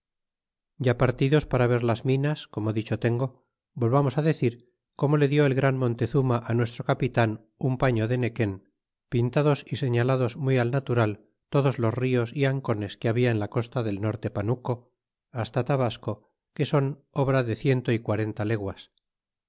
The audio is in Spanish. ya partidos para ver las minas como dicho tengo volvamos á decir como le di el gran montezuma á nuestro capitan un paño de nequen pintados y señalados muy qi natural todos los nos é ancones que labia en la costa del norte panuco hasta tabasco que soh obra de ciento y quarenta leguas